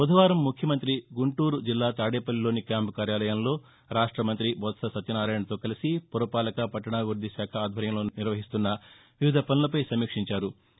బుధవారం ముఖ్యమంత్రి గుంటూరు జిల్లా తాదేపల్లిలోని క్యాంపు కార్యాలయంలో రాష్ట మంత్రి బొత్స సత్యనారాయణతో కలిసి పురపాలక పట్లణాభివృద్ధిశాఖ ఆధ్వర్యంలో నిర్వహిస్తున్న వివిధ పనులపై సమీక్షించారు